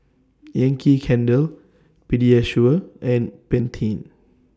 Yankee Candle Pediasure and Pantene